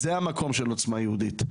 זה המקום של עוצמה יהודית.